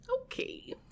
Okay